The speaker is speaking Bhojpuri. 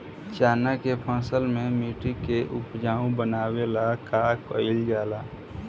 चन्ना के फसल में मिट्टी के उपजाऊ बनावे ला का कइल जाला?